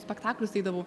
spektaklius eidavau